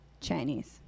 Chinese